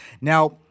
Now